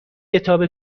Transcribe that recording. کتاب